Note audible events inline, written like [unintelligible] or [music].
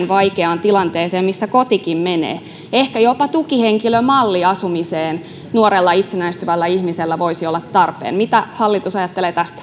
[unintelligible] vaikeaan tilanteeseen missä kotikin menee ehkä jopa tukihenkilömalli asumiseen nuorella itsenäistyvällä ihmisellä voisi olla tarpeen mitä hallitus ajattelee tästä [unintelligible]